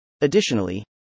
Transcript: Additionally